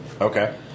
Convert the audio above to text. Okay